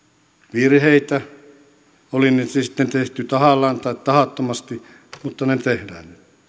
virheitä oli ne sitten tehty tahallaan tai tahattomasti mutta näin tehdään